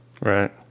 Right